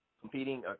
competing